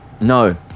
No